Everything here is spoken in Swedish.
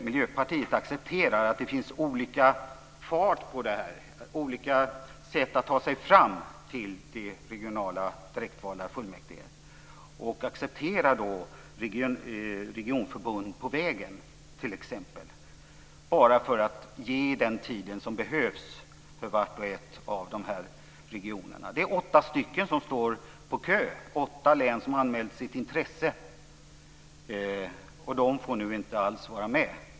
Miljöpartiet accepterar att det finns olika fart här och olika sätt att ta sig fram till regionala direktvalda fullmäktige och accepterar t.ex. också regionförbund på vägen, bara för att ge den tid som behövs för var och en av regionerna. Det är åtta län som står i kö, som har anmält sitt intresse. De får nu inte alls vara med.